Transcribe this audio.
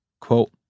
Quote